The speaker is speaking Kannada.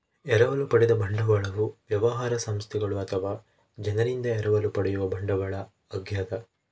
ಎರವಲು ಪಡೆದ ಬಂಡವಾಳವು ವ್ಯವಹಾರ ಸಂಸ್ಥೆಗಳು ಅಥವಾ ಜನರಿಂದ ಎರವಲು ಪಡೆಯುವ ಬಂಡವಾಳ ಆಗ್ಯದ